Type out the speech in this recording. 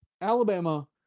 Alabama